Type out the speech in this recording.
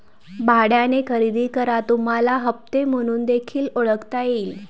भाड्याने खरेदी करा तुम्हाला हप्ते म्हणून देखील ओळखता येईल